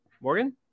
Morgan